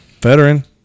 veteran